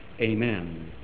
Amen